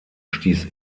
stieß